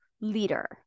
leader